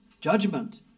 judgment